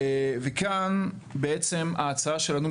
אז לאן הולכים?